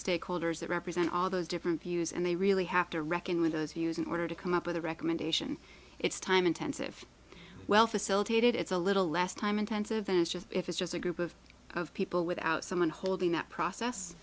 stakeholders that represent all those different views and they really have to reckon with those views in order to come up with a recommendation it's time intensive well facilitated it's a little less time intensive and if it's just a group of people without someone holding that process